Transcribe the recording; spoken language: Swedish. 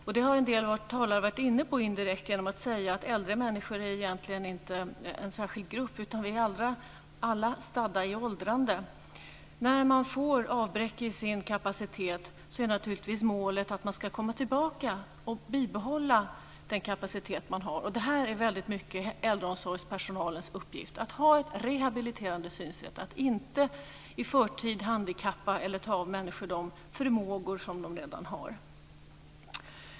En del talare har indirekt varit inne på detta genom att säga att äldre människor egentligen inte är en särskild grupp utan att vi alla är stadda i åldrande. När man får avbräck i sin kapacitet är naturligtvis målet att man ska komma tillbaka och bibehålla den kapacitet man har. Detta är mycket personalens uppgift i äldreomsorgen, dvs. att ha ett rehabiliterande synsätt, att inte i förtid handikappa eller ta av människor de förmågor som de redan har.